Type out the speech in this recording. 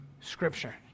Scripture